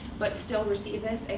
but still receive this.